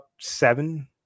seven